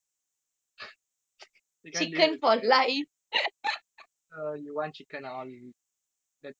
the current board leh or you want you can argue that